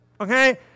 Okay